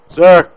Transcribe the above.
Sir